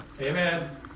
amen